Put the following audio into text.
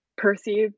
perceived